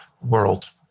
world